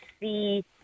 see